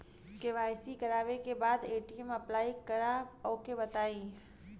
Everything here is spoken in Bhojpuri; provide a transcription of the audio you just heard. के.वाइ.सी करावे के बा ए.टी.एम अप्लाई करा ओके बताई?